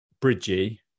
Bridgie